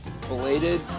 belated